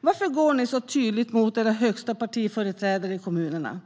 Varför går ni så tydligt mot era högsta partiföreträdare i kommunerna?